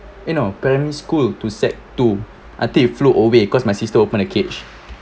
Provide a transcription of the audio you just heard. you know primary school to sec~ two I think it flew away cause my sister open the cage